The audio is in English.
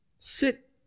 sit